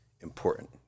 important